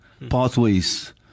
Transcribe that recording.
pathways